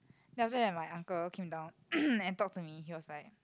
then after that my uncle came down and talk to me he was like